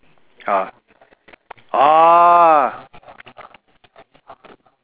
ah